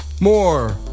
More